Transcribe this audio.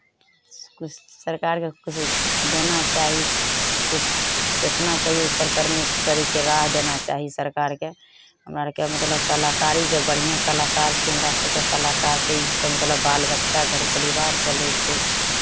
किछु सरकारकेँ किछु देना चाही किछु सोचना चाही ऊपर करने करैके राह देना चाही सरकारकेँ हमरा आरकेँ मतलब कलाकारी जे बढ़िआँ कलाकार छियै हमरा सभके कलाकार जे ई से मतलब बाल बच्चा घर परिवार चलै छै